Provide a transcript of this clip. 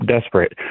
desperate